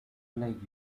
playing